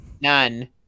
None